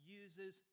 uses